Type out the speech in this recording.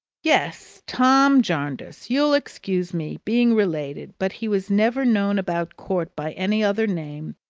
yes! tom jarndyce you'll excuse me, being related but he was never known about court by any other name,